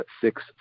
six